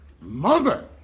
Mother